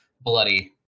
bloody